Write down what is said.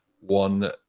one